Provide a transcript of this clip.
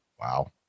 Wow